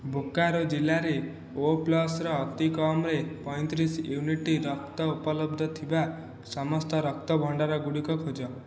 ବୋକାରୋ ଜିଲ୍ଲାରେ ଓ ପ୍ଲସ୍ର ଅତିକମ୍ରେ ପଇଁତିରିଶ ୟୁନିଟ୍ ରକ୍ତ ଉପଲବ୍ଧ ଥିବା ସମସ୍ତ ରକ୍ତ ଭଣ୍ଡାରଗୁଡ଼ିକ ଖୋଜ